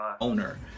owner